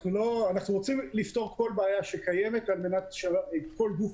אנחנו רוצים לפתור כל בעיה שקיימת על מנת שכל גוף